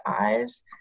eyes